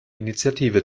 initiative